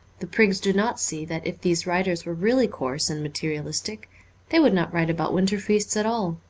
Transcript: the prigs do not see that if these writers were really coarse and materialistic they would not write about winter feasts at all.